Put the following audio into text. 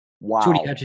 Wow